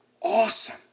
Awesome